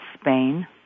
Spain